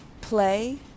play